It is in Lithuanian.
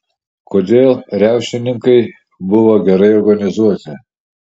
kodėl riaušininkai buvo gerai organizuoti